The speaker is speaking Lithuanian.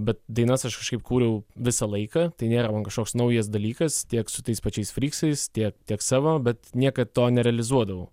bet dainas aš kažkaip kūriau visą laiką tai nėra man kažkoks naujas dalykas tiek su tais pačiais fryksais tiek tiek savo bet niekad to nerealizuodavau